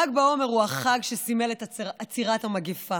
ל"ג בעומר הוא החג שסימל את עצירת המגפה